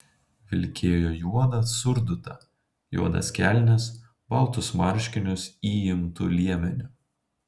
vilkėjo juodą surdutą juodas kelnes baltus marškinius įimtu liemeniu